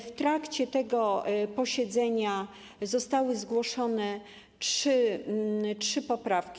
W trakcie tego posiedzenia zostały zgłoszone trzy poprawki.